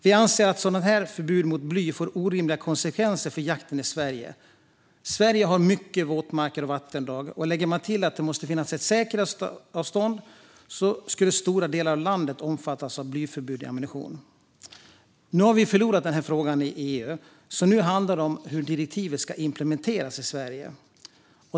Vi anser att ett sådant förbud mot bly får orimliga konsekvenser för jakten i Sverige. Sverige har mycket våtmarker och vattendrag, och lägger man till att det måste finnas ett säkerhetsavstånd innebär det att stora delar av landet skulle omfattas av ett förbud mot bly i ammunition. Nu har vi förlorat denna fråga i EU, så nu handlar det om hur direktivet ska implementeras i Sverige.